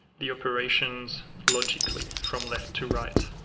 the operations logically from left to right,